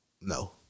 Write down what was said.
No